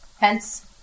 Hence